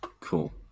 cool